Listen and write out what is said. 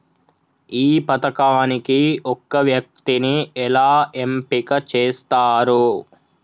ఈ పథకానికి ఒక వ్యక్తిని ఎలా ఎంపిక చేస్తారు?